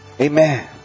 Amen